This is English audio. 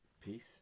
Peace